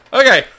okay